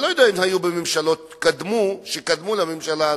אני לא יודע אם היו בממשלות שקדמו לממשלה הזאת,